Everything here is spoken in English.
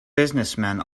businessmen